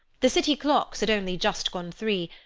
the city clocks had only just gone three,